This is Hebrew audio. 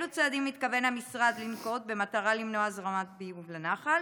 1. אילו צעדים מתכוון המשרד לנקוט במטרה למנוע הזרמות ביוב לנחל?